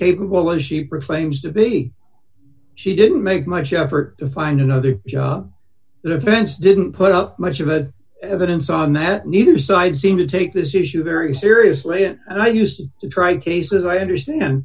capable as she prefers aims to be she didn't make much effort to find another job the defense didn't put up much of a evidence on that neither side seemed to take this issue very seriously and i used to try cases i understand